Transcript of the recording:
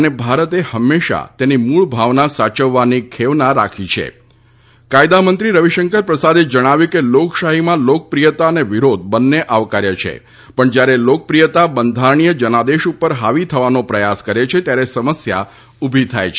અને ભારતે હંમેશા તેની મૂળ ભાવના સાચવવાની ખેવના રાખી છ કાયદામંત્રી રવિશંકર પ્રસાદે જણાવ્યું હતુ કે લોકશાહીમાં લોકપ્રિયતા અને વિરોધ બંન્ને આવકાર્ય છે પણ જ્યારે લોકપ્રિયતા બંધારણીય જનાદેશ ઉપર હાવી થવાનો પ્રયાસ કરે છે ત્યારે સમસ્યા ઉભી થાય છે